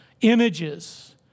images